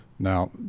Now